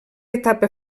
etapa